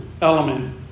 element